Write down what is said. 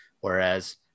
whereas